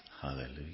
Hallelujah